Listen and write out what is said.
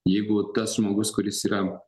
jeigu tas žmogus kuris yra